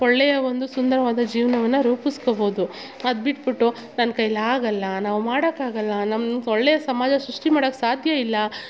ಒಳ್ಳೆಯ ಒಂದು ಸುಂದರವಾದ ಜೀವನವನ್ನ ರೂಪಿಸಿಕೊಬೋದು ಅದು ಬಿಟ್ಟುಬಿಟ್ಟು ನನ್ನ ಕೈಲಾಗೋಲ್ಲ ನಾವು ಮಾಡೋಕ್ಕಾಗಲ್ಲ ನಮ್ಮ ಒಳ್ಳೆಯ ಸಮಾಜ ಸೃಷ್ಟಿ ಮಾಡಕ್ಕೆ ಸಾಧ್ಯಯಿಲ್ಲ